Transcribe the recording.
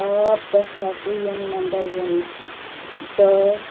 آ بہٕ ہٮ۪کہٕ یِم نمبر ؤنِتھ دَہ